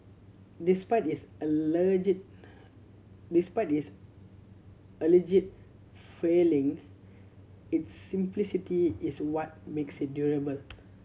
despite its despite its alleged failing its simplicity is what makes it durable